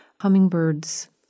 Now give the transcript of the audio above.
hummingbirds